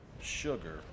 sugar